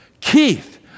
Keith